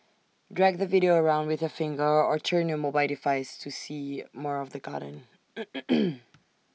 drag the video around with your finger or turn your mobile device to see more of the garden